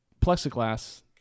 plexiglass